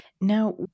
Now